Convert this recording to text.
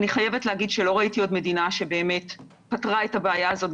אני חייבת להגיד שעוד לא ראיתי מדינה שבאמת פתרה את הבעיה הזאת,